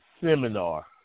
seminar